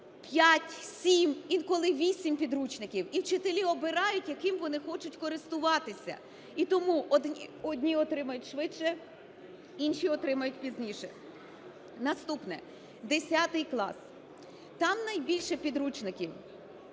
5, 7, інколи 8 підручників, і вчителі обирають яким вони хочуть користуватися. І тому одні отримають швидше, інші отримають пізніше. Наступне, 10 клас. Там найбільше підручників,